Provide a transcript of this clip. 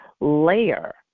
Layer